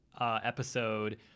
episode